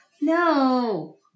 No